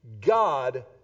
God